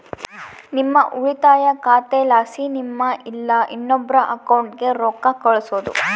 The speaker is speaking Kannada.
ನಿಮ್ಮ ಉಳಿತಾಯ ಖಾತೆಲಾಸಿ ನಿಮ್ಮ ಇಲ್ಲಾ ಇನ್ನೊಬ್ರ ಅಕೌಂಟ್ಗೆ ರೊಕ್ಕ ಕಳ್ಸೋದು